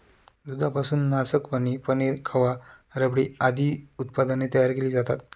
दुधापासून नासकवणी, पनीर, खवा, रबडी आदी उत्पादने तयार केली जातात